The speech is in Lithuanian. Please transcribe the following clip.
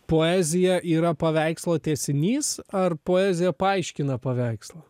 poezija yra paveikslo tęsinys ar poezija paaiškina paveikslą